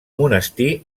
monestir